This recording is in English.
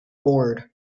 board